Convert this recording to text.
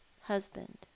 husband